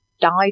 died